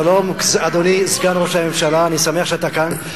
שלום, אדוני סגן ראש הממשלה, אני שמח שאתה כאן.